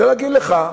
אני רוצה להגיד לך,